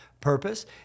purpose